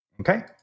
Okay